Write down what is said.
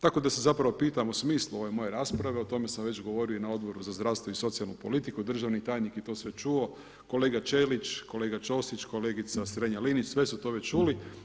Tako da se zapravo pitam o smislu ove moje rasprave, o tome sam već govorio i na Odboru za zdravstvo i socijalnu politiku, državni tajnik je to sve čuo, kolega Čelić, kolega Ćosić, kolegica Strenja-Linić, sve su to već čuli.